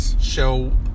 show